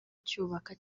cyubaka